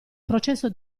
processo